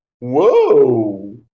whoa